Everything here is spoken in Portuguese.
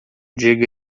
diga